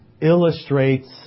illustrates